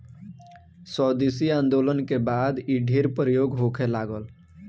स्वदेशी आन्दोलन के बाद इ ढेर प्रयोग होखे लागल